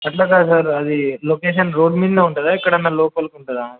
అలా కాదు సార్ అది లొకేషన్ రోడ్ మీదనే ఉంటుందా ఎక్కడన్నా లోపలికి ఉంటదా